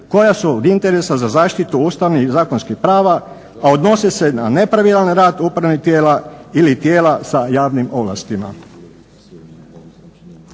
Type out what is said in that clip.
koja su od interesa za zaštitu ustavnih i zakonskih prava, a odnose se na nepravilan rad upravnih tijela ili tijela sa javnim ovlastima.